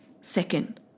Second